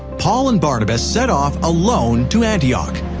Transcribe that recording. paul and barnabas set off alone to antioch.